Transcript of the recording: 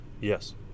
yes